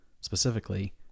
specifically